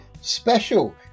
special